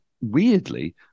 weirdly